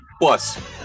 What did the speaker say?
Plus